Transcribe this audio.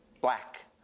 black